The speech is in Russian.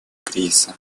кризиса